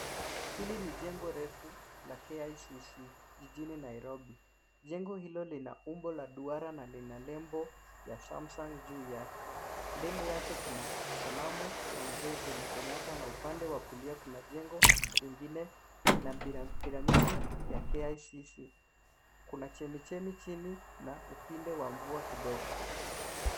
Hili ni jengo refu la KICC jijini Nairobi . Jengo hilo lina umbo la duara na lina nembo ya Samsung juu yake. Mbele yake kuna sanamu ya mzee Jomo Kenyatta na upande wa kulia kuna jengo lingine la piramidi ya KICC. Kuna chemichemi chini na upinde wa mvua kidogo.